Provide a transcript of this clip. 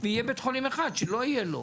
ויהיה בית חולים אחד שלא יהיה לו,